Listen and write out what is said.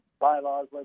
bylaws